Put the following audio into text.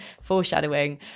foreshadowing